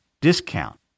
discount